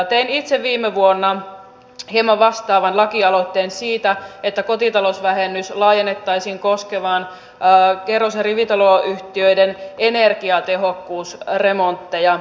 tein itse viime vuonna hieman vastaavan lakialoitteen siitä että kotitalousvähennys laajennettaisiin koskemaan kerros ja rivitaloyhtiöiden energiatehokkuusremontteja